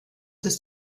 ist